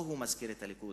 פה הוא מזכיר את הליכוד,